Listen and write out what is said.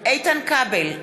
איתן כבל,